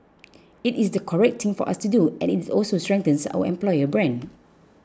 it is the correct thing for us to do and its also strengthens our employer brand